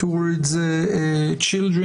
לבין הקטין